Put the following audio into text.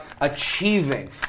achieving